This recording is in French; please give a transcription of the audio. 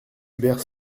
hubert